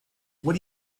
what